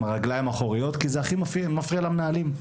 הרגליים האחוריות כי זה הכי מפריע למנהלים.